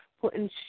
putting